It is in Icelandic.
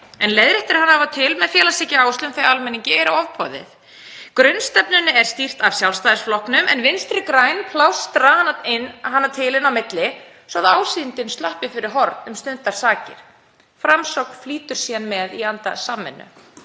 en leiðréttir hana af og til með félagshyggjuáherslum þegar almenningi er ofboðið. Grunnstefnunni er stýrt af Sjálfstæðisflokknum en Vinstri græn plástra hana inn á milli svo að ásýndin sleppi fyrir horn um stundarsakir. Framsókn flýtur síðan með í anda samvinnu.